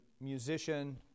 musician